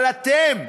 אבל אתם,